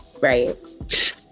right